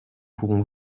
pourrons